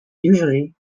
usually